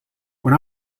when